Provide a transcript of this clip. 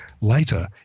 later